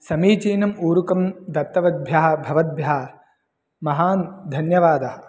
समीचीनम् ऊरुकं दत्तवद्भ्यः भवद्भ्यः महान् धन्यवादः